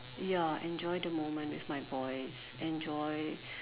ya enjoy the moment with my boys enjoy